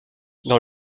dans